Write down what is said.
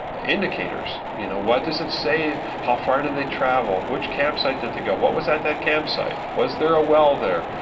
indicators. you know what does it say? how far do they travel? which campsite did they go? what was at that campsite? was there a well there?